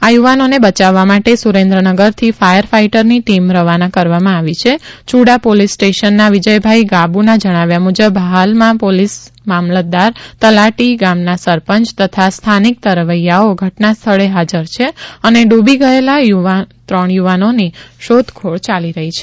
આ યુવાનોને બયાવવા માટે સુરેન્દ્રનગર થી ફાયર ફાઈટર ની ટીમ રવાના કરવામાં આવી છે યુડા પોલીસ સ્ટેશનના વિજયભાઈ ગાબુ ના જણાવ્યા મુજબ હાલમાં પોલીસ મામલતદાર તલાટી ગામના સરપંચ તથા સ્થાનિક તરવૈયાઓ ઘટનાસ્થળે હાજર છે અને ડૂબી ગયેલા ત્રણ યુવાનો ની શોધખોળ યાલી રહી છે